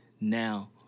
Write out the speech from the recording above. now